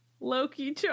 Loki